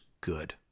good